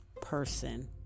person